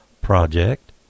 project